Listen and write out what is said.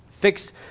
fix